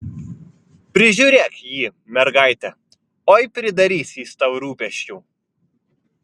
prižiūrėk jį mergaite oi pridarys jis tau rūpesčių